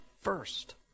first